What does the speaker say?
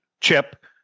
Chip